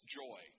joy